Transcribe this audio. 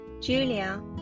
Julia